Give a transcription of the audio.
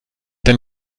denn